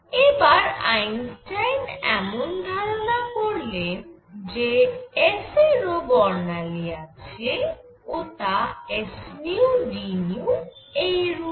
এবার আইনস্টাইন এমন ধারণা করলেন যে S এর ও বর্ণালী আছে ও তা sdν এইরূপ